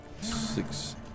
Six